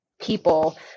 people